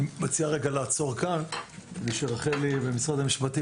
אני מציע לעצור כאן כדי שרחלי ומשרד המשפטים